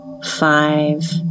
Five